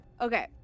Okay